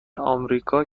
آمریکا